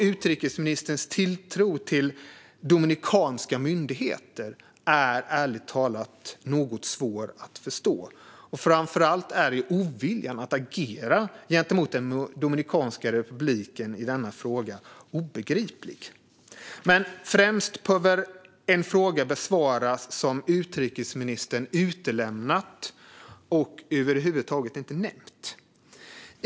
Utrikesministerns tilltro till dominikanska myndigheter är därför, ärligt talat, något svår att förstå. Framför allt är oviljan att agera gentemot Dominikanska republiken i denna fråga obegriplig. Främst behöver en fråga besvaras som utrikesministern utelämnat och över huvud taget inte nämnt.